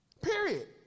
Period